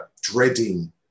dreading